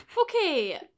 Okay